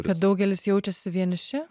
kad daugelis jaučiasi vieniši